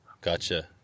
Gotcha